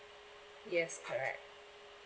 yes correct